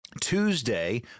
Tuesday